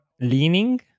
leaning